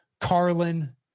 Carlin